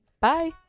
Bye